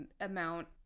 amount